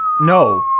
No